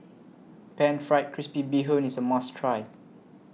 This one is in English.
Pan Fried Crispy Bee Hoon IS A must Try